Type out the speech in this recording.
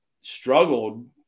struggled